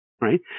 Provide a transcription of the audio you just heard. right